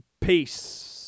Peace